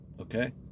okay